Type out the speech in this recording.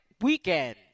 weekend